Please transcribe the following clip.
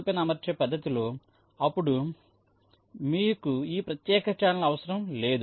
ఇప్పుడు మీరు మీ రౌటింగ్ను పూర్తి చేయగలిగితే అంటే సెల్ పైన అమర్చే పద్ధతిలో అప్పుడు మీకు ఈ ప్రత్యేక ఛానెల్ అవసరం లేదు